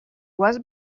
was